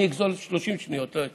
אני אגזול 30 שניות ולא יותר.